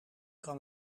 kan